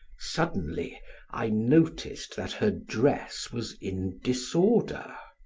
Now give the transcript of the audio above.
suddenly i noticed that her dress was in disorder.